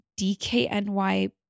DKNY